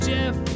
Jeff